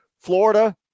Florida